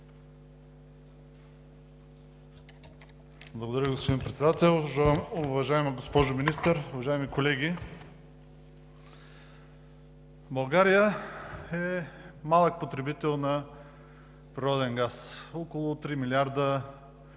Благодаря, господин Председател. Уважаема госпожо Министър, уважаеми колеги! България е малък потребител на природен газ – около три милиарда